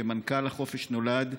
כמנכ"ל לחופש נולד,